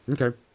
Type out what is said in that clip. Okay